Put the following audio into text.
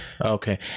Okay